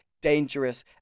dangerous